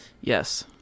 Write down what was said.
yes